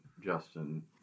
Justin